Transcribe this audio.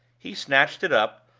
he snatched it up,